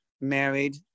married